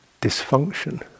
dysfunction